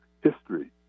history